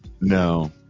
No